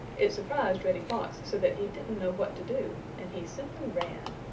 it surprised reddy fox so that he didn't know what to do, and he simply ran.